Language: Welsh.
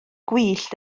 gwyllt